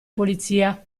polizia